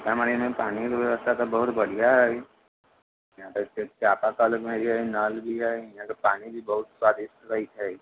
सीतामढ़ीमे पानिके व्यस्था तऽ बहुत बढ़िआँ अइ इहाँ तऽ चापा कल भी हय नल भी हय इहाँके पानि बहुत स्वादिष्ट रहैत छै